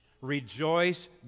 Rejoice